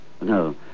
No